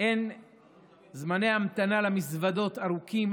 זמני ההמתנה למזוודות ארוכים,